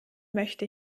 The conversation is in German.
möchte